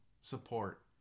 support